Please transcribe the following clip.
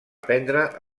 prendre